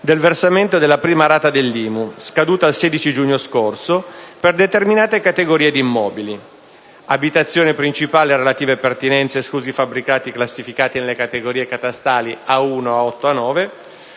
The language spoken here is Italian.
del versamento della prima rata dell'IMU, scaduta il 16 giugno scorso, per determinate categorie di immobili: abitazione principale e relative pertinenze, esclusi i fabbricati classificati nelle categorie catastali A/1, A/8 e